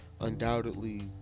undoubtedly